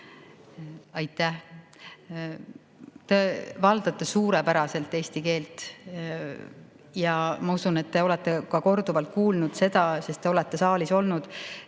Aitäh! Te valdate suurepäraselt eesti keelt. Ja ma usun, et te olete seda [lauset] ka korduvalt kuulnud, sest te olete saalis olnud.